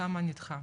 כמה נדחה.